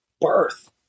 birth